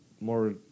more